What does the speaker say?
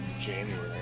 January